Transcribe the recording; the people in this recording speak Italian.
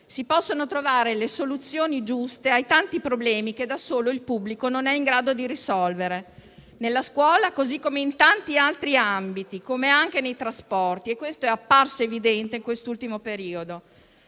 si possono trovare le soluzioni giuste ai tanti problemi che da solo il pubblico non è in grado di risolvere, nella scuola così come in tanti altri ambiti, per esempio, nei trasporti, come apparso evidente in quest'ultimo periodo.